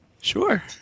Sure